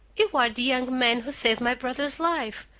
you are the young man who saved my brother's life.